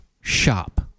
shop